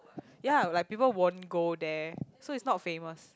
yea like people won't go there so is not famous